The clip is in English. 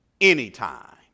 Anytime